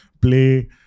play